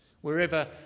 Wherever